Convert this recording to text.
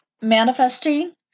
manifesting